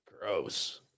Gross